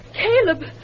Caleb